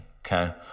okay